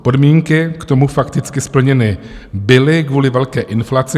Podmínky k tomu fakticky splněny byly kvůli velké inflaci.